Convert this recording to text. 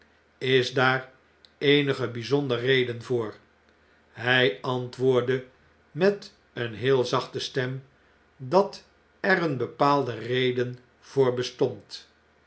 is daar eenige bn'zondere reden voor hij antwoordde met een heel zachte stem dat er eene bepaalde reden voor bestond